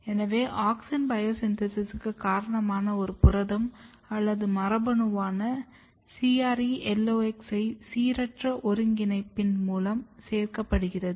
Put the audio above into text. எனவே ஆக்ஸின் பயோ சின்தேசிஸ்ஸுக்கு காரணமான ஒரு புரதம் அல்லது மரபணுவான CreLox ஐ சீரற்ற ஒருங்கிணைப்பின் மூலம் சேர்க்கப்படுகிறது